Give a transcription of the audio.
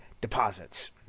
deposits